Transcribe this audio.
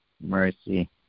mercy